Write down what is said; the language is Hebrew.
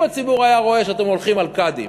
אם הציבור היה רואה שאתם הולכים על קאדים,